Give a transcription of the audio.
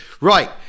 Right